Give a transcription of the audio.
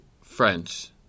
French